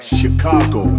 chicago